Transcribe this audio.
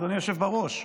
אדוני היושב בראש,